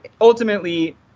Ultimately